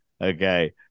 Okay